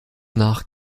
nach